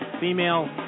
female